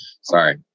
Sorry